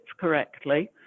correctly